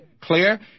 clear